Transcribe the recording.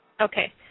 Okay